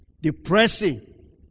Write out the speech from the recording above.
Depressing